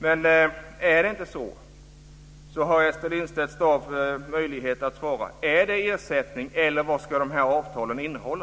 Men är det inte så har Ester Lindstedt-Staaf möjlighet att svara på frågan: Är det ersättning eller vad är det avtalen ska innehålla?